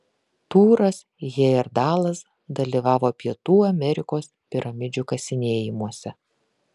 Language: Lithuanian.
tūras hejerdalas dalyvavo pietų amerikos piramidžių kasinėjimuose